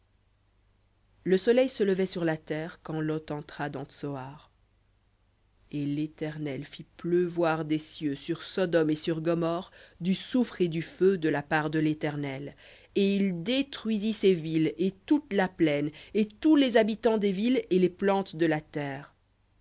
le soleil se levait sur la terre quand lot entra dans tsoar v et l'éternel fit pleuvoir des cieux sur sodome et sur gomorrhe du soufre et du feu de la part de léternel et il détruisit ces villes et toute la plaine et tous les habitants des villes et les plantes de la terre